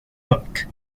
book